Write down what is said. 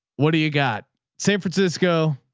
what do you got san francisco?